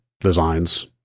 designs